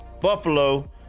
Buffalo